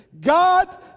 God